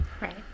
Right